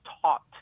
taught